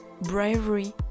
bravery